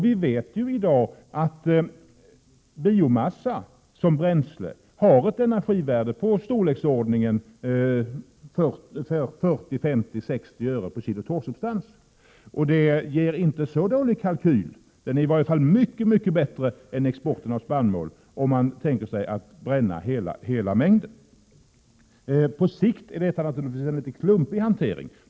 Vi vet ju i dag att biomassa som bränsle har ett energivärde i storleksordningen 40-60 öre per kilo torrsubstans. Det ger en kalkyl som inte är så dålig — i varje fall mycket bättre än när det gäller export av spannmål — om man tänker sig att bränna hela mängden. På sikt innebär detta naturligtvis en litet klumpig hantering.